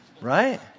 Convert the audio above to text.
right